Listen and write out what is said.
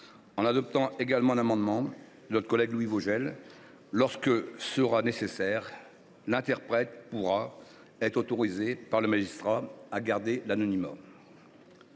en adoptant un amendement de notre collègue Louis Vogel. Lorsque cela sera nécessaire, l’interprète pourra être autorisé par le magistrat à conserver l’anonymat.